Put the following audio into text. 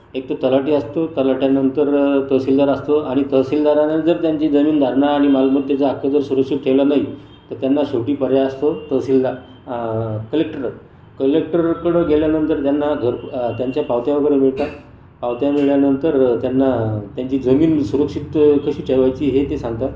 एक तो तलाठी असतो तलाठ्यानंतर तहसीलदार असतो आणि तहसीलदारानं जर त्यांची जमीन धारणा आणि मालमत्तेचा हक्क जर सुरक्षित ठेवला नाही तर त्यांना शेवटी पर्याय असतो तहसीलदार कलेक्टर कलेक्टरकडं गेल्यानंतर त्यांना घर त्यांच्या पावत्या वगैरे मिळतात पावत्या मिळाल्यानंतर त्यांना त्यांची जमीन सुरक्षित कशी ठेवायची हे ते सांगतात